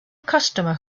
customer